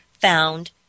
found